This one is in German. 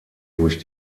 durch